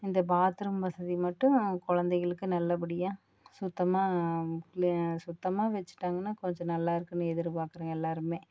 இந்த பாத்ரூம் வசதி மட்டும் குழந்தைகளுக்கு நல்லபடியாக சுத்தமாக சுத்தமாக வெச்சுட்டாங்கன்னா கொஞ்சம் நல்லாயிருக்குன்னு எதிர்பாக்கிறோம் எல்லோருமே